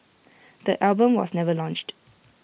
the album was never launched